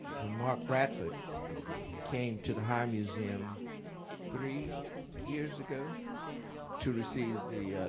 when mark bradford came to the high museum three years ago to receive the